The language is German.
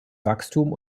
wachstum